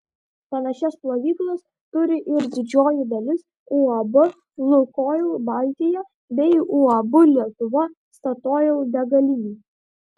panašias plovyklas turi ir didžioji dalis uab lukoil baltija bei uab lietuva statoil degalinių